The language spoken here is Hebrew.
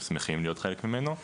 ושמחים להיות חלק ממנו.